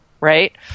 right